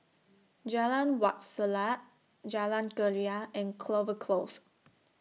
Jalan Wak Selat Jalan Keria and Clover Close